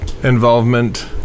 Involvement